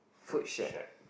food shake